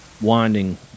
winding